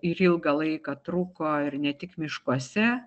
ir ilgą laiką truko ir ne tik miškuose